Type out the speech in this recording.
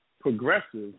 progressive